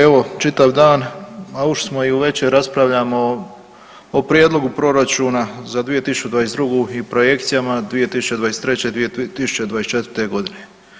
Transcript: Evo čitav dan, a ušli smo i u veče, raspravljamo o Prijedlogu proračuna za 2022. i projekcije 2023. i 2024. godine.